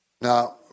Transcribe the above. Now